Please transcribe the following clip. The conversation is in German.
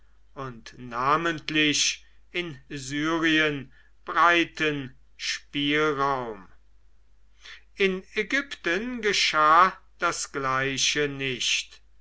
und namentlich in syrien breiten spielraum in ägypten geschah das gleiche nicht